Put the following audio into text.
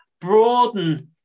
broaden